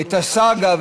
את הסאגה,